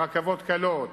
ברכבות קלות,